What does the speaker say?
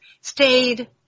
stayed